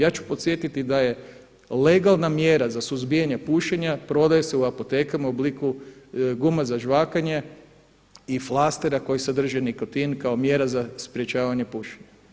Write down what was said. Ja ću podsjetiti da je legalna mjera za suzbijanje pušenja prodaje se u apotekama u obliku guma za žvakanje i flastera koji sadrže nikotin kao mjera za sprječavanje pušenja.